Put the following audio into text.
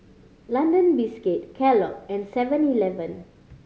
London Biscuit Kellogg and Seven Eleven